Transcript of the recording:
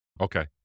Okay